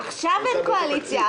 עכשיו אין קואליציה,